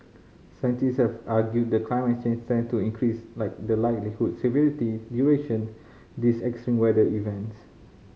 scientists have argued that climate change tend to increase like the likelihood severity duration these extreme weather events